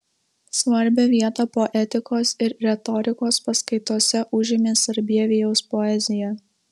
svarbią vietą poetikos ir retorikos paskaitose užėmė sarbievijaus poezija